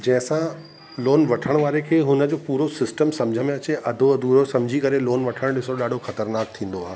जंहिं सां लोन वठणु वारे खे हुन जो पूरो सिस्टम सम्झ में अचे अधो अधूरो सम्झी करे लोन वठणु ॾिसो ॾाढो ख़तरनाक थींदो आहे